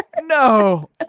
no